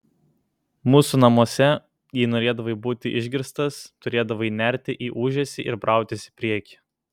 mūsų namuose jei norėdavai būti išgirstas turėdavai nerti į ūžesį ir brautis į priekį